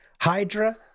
Hydra